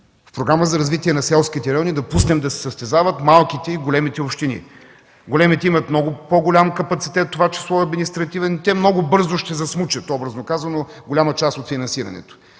в Програма за развитие на селските райони да пуснем да се състезават малките и големите общини. Големите имат много по-голям капацитет, в това число и административен, и те много бързо ще засмучат, образно казано, голяма част от финансирането.